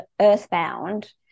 Earthbound